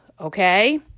okay